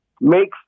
makes